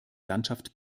landschaft